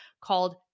called